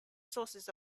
sources